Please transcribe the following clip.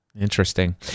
Interesting